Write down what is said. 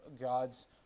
God's